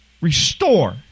restore